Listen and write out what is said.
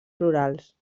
florals